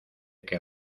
que